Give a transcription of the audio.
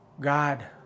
God